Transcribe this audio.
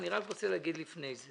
אני רק רוצה להגיד לפני זה